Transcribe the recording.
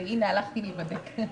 והנה הלכתי להיבדק'.